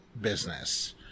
business